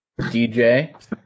DJ